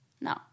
No